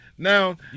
Now